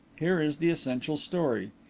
here is the essential story.